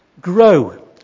Grow